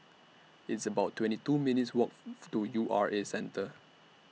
It's about twenty two minutes' Walk to U R A Centre